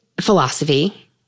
philosophy